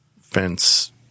fence